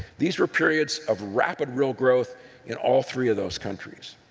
these are periods of rapid real growth in all three of those countries.